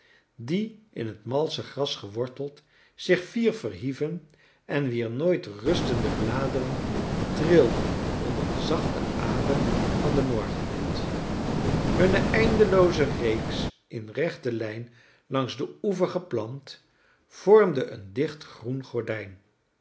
die in het malsche gras geworteld zich fier verhieven en wier nooit rustende bladeren trilden onder den zachten adem van den morgenwind hunne eindelooze reeks in rechte lijn langs den oever geplant vormde een dicht groen gordijn